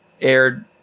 aired